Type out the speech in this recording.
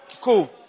Cool